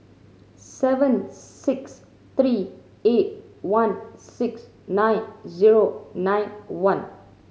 seven six three eight one six nine zero nine one